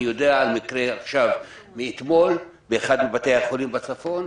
אני יודע על מקרה באחד מבתי החולים בצפון מאתמול,